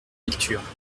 lecture